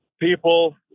people